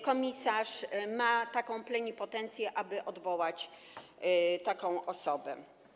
Komisarz ma plenipotencję, aby odwołać taką osobę.